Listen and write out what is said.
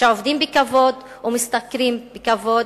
שעובדים בכבוד ומשתכרים בכבוד,